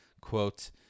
quote